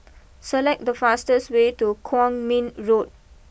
select the fastest way to Kwong Min Road